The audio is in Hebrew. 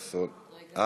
חסון, רגע, רגע.